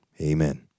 Amen